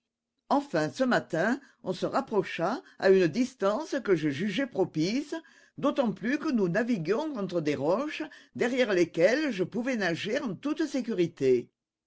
enfin ce matin on se rapprocha à une distance que je jugeai propice d'autant plus que nous naviguions entre des roches derrière lesquelles je pouvais nager en toute sécurité